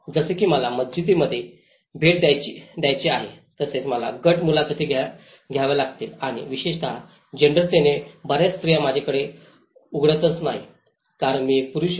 जसे की मला मशिदींमध्ये भेट द्यायची आहे तशीच मला गट मुलाखती घ्याव्या लागतील आणि विशेषत जेन्डरतेने बर्याच स्त्रिया माझ्याकडे उघडत नाहीत कारण मी एक पुरुष आहे